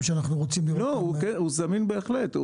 שאנחנו רוצים --- הוא זמין בהחלט.